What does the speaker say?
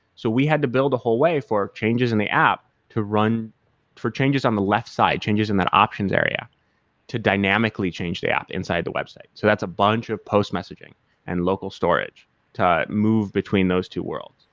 so we had to build a whole way for changes in the app to run for changes on the left side, changes in that options area to dynamically change the app inside the website. so a bunch of post messaging and local storage to move between those two worlds.